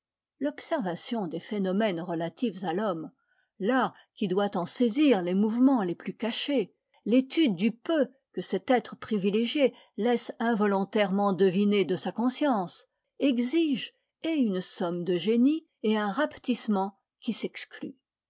l'observation des phénomènes relatifs à l'homme l'art qui doit en saisir les mouvements les plus cachés l'étude du peu que cet être privilégié laisse involontairement deviner de sa conscience exigent et une somme de génie et un rapetissement qui s'excluent